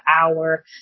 hour